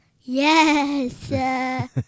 Yes